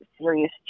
serious